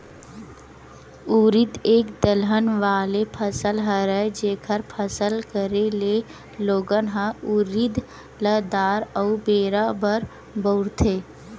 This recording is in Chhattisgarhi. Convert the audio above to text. उरिद एक दलहन वाले फसल हरय, जेखर फसल करे ले लोगन ह उरिद ल दार अउ बेरा बर बउरथे